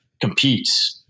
competes